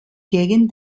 gegen